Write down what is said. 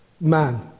man